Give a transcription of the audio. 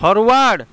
forward